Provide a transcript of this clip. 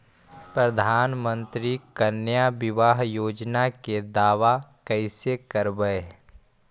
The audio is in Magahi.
प्रधानमंत्री कन्या बिबाह योजना के दाबा कैसे करबै?